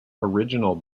original